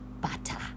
butter